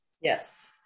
Yes